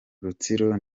rutsiro